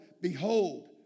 Behold